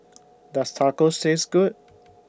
Does Tacos Taste Good